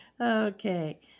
Okay